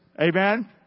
Amen